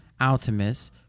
Altimus